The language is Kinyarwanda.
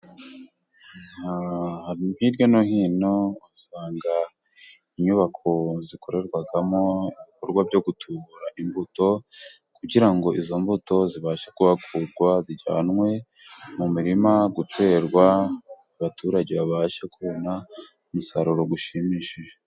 Hirya no hino usanga inyubako zikorerwamo ibikorwa byo gutubura imbuto kugira ngo izo mbuto zibashe kuhakurwa zijyanwe mu mirima guterwa abaturage babashe kubona umusaruro ushimishije.